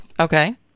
Okay